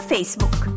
Facebook